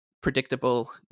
predictable